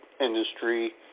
industry